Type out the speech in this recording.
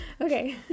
Okay